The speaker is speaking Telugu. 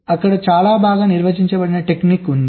అక్కడ చాలా బాగా నిర్వచించబడిన టెక్నిక్ ఉంది